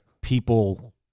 people